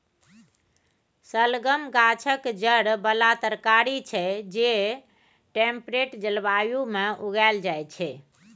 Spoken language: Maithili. शलगम गाछक जड़ि बला तरकारी छै जे टेम्परेट जलबायु मे उगाएल जाइ छै